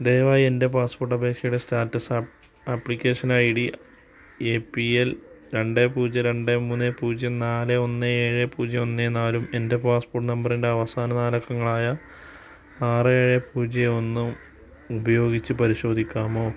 ദയവായി എൻ്റെ പാസ്പോർട്ട് അപേക്ഷയുടെ status application I D A P L രണ്ട് പൂജ്യം രണ്ട് മൂന്ന് പൂജ്യം നാല് ഒന്ന് ഏഴ് പൂജ്യം ഒന്ന് നാലും എൻ്റെ പാസ്പോർട്ട് നമ്പറിൻ്റെ അവസാന നാലക്കങ്ങളായ ആറ് ഏഴ് പൂജ്യം ഒന്നും ഉപയോഗിച്ച് പരിശോധിക്കാമോ